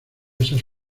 esas